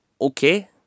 okay